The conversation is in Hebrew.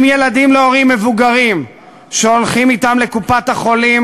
הם ילדים להורים מבוגרים שהולכים אתם לקופת-חולים